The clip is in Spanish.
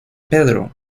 pedro